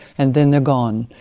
and then they're gone.